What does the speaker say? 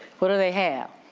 what do they have?